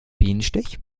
bienenstich